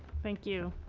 thank you.